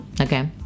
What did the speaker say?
Okay